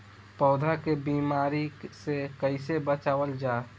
पौधा के बीमारी से कइसे बचावल जा?